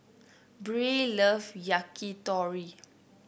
Brea loves Yakitori